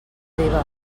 eva